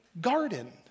Garden